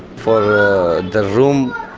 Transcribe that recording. for the room.